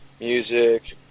music